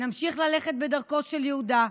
ונמשיך ללכת בדרכו של יהודה,